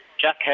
Jack